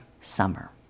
summer